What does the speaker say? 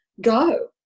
go